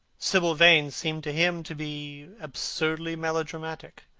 sibyl vane seemed to him to be absurdly melodramatic.